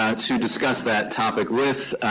ah to discuss that topic with.